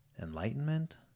Enlightenment